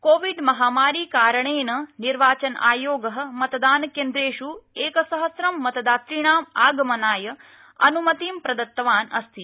COVID महामारीकारणेन निर्वाचन आयोगः मतदानकेन्द्रेष् एकसहस्रं मतदातृणाम् आगमनाय अनुमति प्रदत्तवान् अस्ति